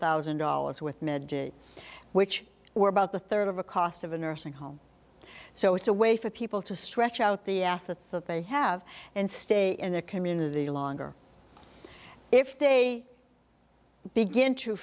thousand dollars with mid day which were about the third of the cost of a nursing home so it's a way for people to stretch out the assets that they have and stay in their community longer if they begin to